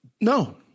no